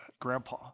grandpa